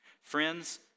Friends